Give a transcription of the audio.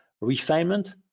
refinement